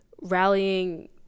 rallying